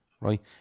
right